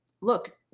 look